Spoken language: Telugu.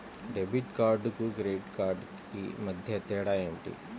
డెబిట్ కార్డుకు క్రెడిట్ క్రెడిట్ కార్డుకు మధ్య తేడా ఏమిటీ?